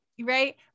Right